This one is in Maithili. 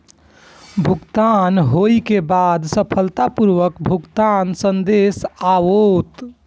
भुगतान होइ के बाद सफलतापूर्वक भुगतानक संदेश आओत